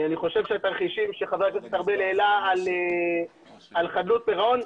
אני חושב שהתרחישים שחבר הכנסת ארבל העלה על חדלות פירעון,